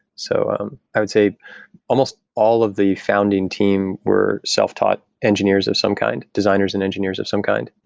so um i would say almost all of the founding team were self-taught engineers of some kind, designers and engineers of some kind.